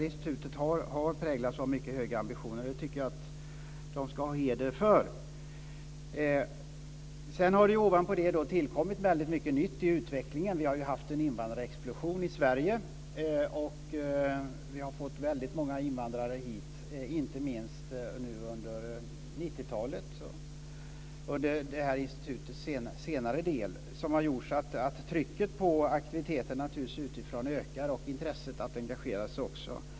Institutet har präglats av mycket höga ambitioner. Det ska institutet ha heder för. Ovanpå detta har det tillkommit mycket nytt i utvecklingen. Det har varit en invandrarexplosion i Sverige. Vi har fått många invandrare hit, inte minst under 90-talet, dvs. under institutets senare år. Det har gjort att trycket och intresset utifrån på aktiviteterna har ökat.